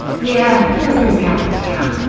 yeah, chemistry's kind of my jam.